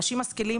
אנשים משכילים',